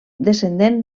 descendent